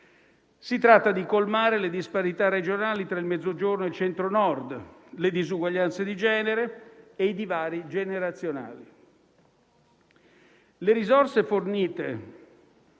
Si tratta di colmare le disparità regionali tra il Mezzogiorno e il Centro-Nord, le disuguaglianze di genere e i divari generazionali. Le risorse fornite